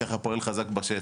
ככה פועל חזק בשטח.